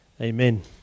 Amen